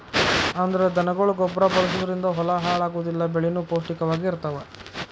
ಅಂದ್ರ ದನಗೊಳ ಗೊಬ್ಬರಾ ಬಳಸುದರಿಂದ ಹೊಲಾ ಹಾಳ ಆಗುದಿಲ್ಲಾ ಬೆಳಿನು ಪೌಷ್ಟಿಕ ವಾಗಿ ಇರತಾವ